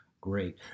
Great